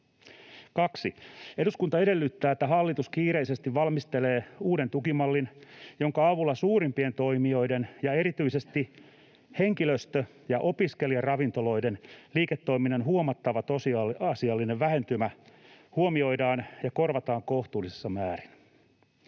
2. Eduskunta edellyttää, että hallitus kiireisesti valmistelee uuden tukimallin, jonka avulla suurimpien toimijoiden ja erityisesti henkilöstö- ja opiskelijaravintoloiden liiketoiminnan huomattava tosiasiallinen vähentymä huomioidaan ja korvataan kohtuullisessa määrin.